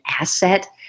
asset